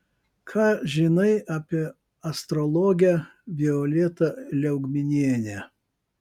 ką žinai apie astrologę violetą liaugminienę